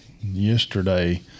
yesterday